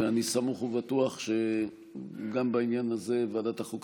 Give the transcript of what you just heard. ואני סמוך ובטוח שגם בעניין הזה ועדת החוקה,